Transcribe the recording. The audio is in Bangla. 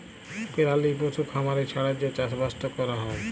পেরালি পশু খামারি ছাড়া যে চাষবাসট ক্যরা হ্যয়